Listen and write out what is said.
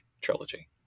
trilogy